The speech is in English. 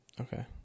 Okay